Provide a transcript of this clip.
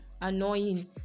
annoying